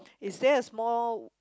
is there a small